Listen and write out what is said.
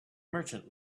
merchant